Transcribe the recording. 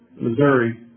Missouri